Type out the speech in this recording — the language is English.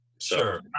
Sure